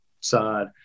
side